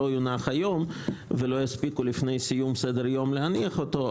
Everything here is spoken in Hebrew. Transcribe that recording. יונח היום ולא יספיקו לפני סיום סדר היום להניח אותו,